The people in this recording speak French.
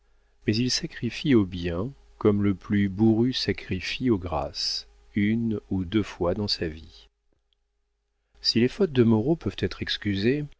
mais il sacrifie au bien comme le plus bourru sacrifie aux grâces une ou deux fois dans sa vie si les fautes de moreau peuvent être excusées